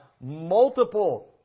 multiple